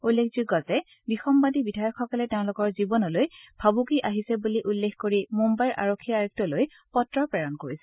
উল্লেখযোগ্য যে বিসম্বাদী বিধায়কসকলে তেওঁলোকৰ জীৱনলৈ ভাবুকি আহিছে বুলি উল্লেখ কৰি মুন্বাইৰ আৰক্ষী আয়ুক্তলৈ পত্ৰ প্ৰেৰণ কৰিছিল